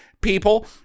people